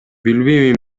билбейм